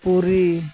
ᱯᱩᱨᱤ